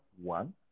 one